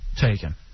taken